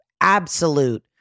absolute